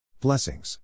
Blessings